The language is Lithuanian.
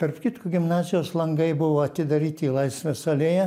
tarp kitko gimnazijos langai buvo atidaryti į laisvės alėją